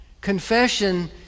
Confession